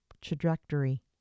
trajectory